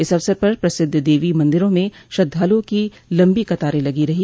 इस अवसर पर प्रसिद्ध देवी मंदिरों में श्रद्वालुओं की लम्बी कतारे लगी रही